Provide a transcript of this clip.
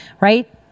right